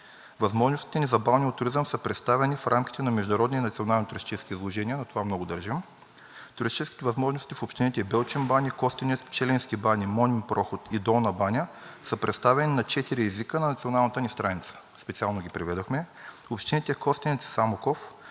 Възможностите ни за балнеотуризъм са представени в рамките на международни и национални туристически изложения, на това много държа, туристическите възможности в общините Белчин баня, Костенец, Пчелински бани, Момин проход и Долна баня са представени на четири езика на националната ни страница, специално ги преведохме. Общините Костенец и Самоков